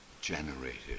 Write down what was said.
generated